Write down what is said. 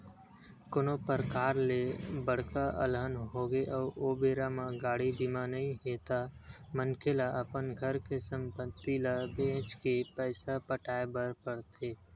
कोनो परकार ले बड़का अलहन होगे अउ ओ बेरा म गाड़ी बीमा नइ हे ता मनखे ल अपन घर के संपत्ति ल बेंच के पइसा पटाय बर पड़थे